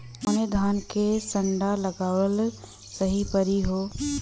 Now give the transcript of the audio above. कवने धान क संन्डा लगावल सही परी हो?